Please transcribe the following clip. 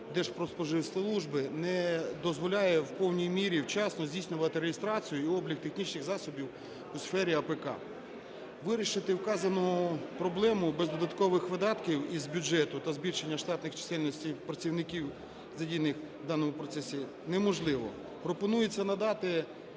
Держпродспоживслужби не дозволяє в повній мірі вчасно здійснювати реєстрацію і облік технічних засобів у сфері АПК. Вирішити вказану проблему без додаткових видатків із бюджету та збільшення штатної чисельності працівників, задіяних в даному процесі, неможливо. Пропонується надати